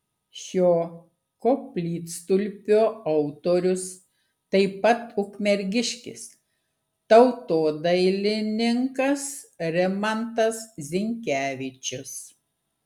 šio koplytstulpio autorius taip pat ukmergiškis tautodailininkas rimantas zinkevičius